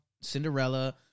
Cinderella